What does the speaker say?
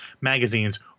magazines